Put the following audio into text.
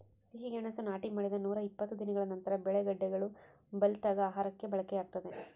ಸಿಹಿಗೆಣಸು ನಾಟಿ ಮಾಡಿದ ನೂರಾಇಪ್ಪತ್ತು ದಿನಗಳ ನಂತರ ಬೆಳೆ ಗೆಡ್ಡೆಗಳು ಬಲಿತಾಗ ಆಹಾರಕ್ಕೆ ಬಳಕೆಯಾಗ್ತದೆ